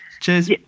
Cheers